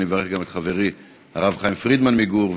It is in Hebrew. אני מברך גם את חברי הרב חיים פרידמן מגור,